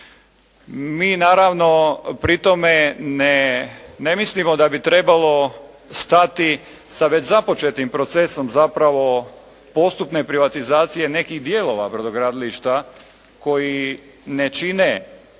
Mi naravno pri tome ne mislimo da bi trebalo stati sa već započetim procesom zapravo postupne privatizacije nekih dijelova brodogradilišta koji ne čine